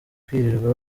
kwirirwa